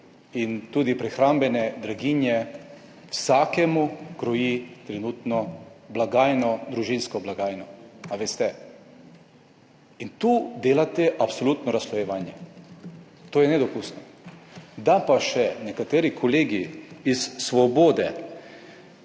in tudi prehrambene draginje in vsakemu kroji trenutno družinsko blagajno. In tu delate absolutno razslojevanje. To je nedopustno. Nekateri kolegi iz Svobode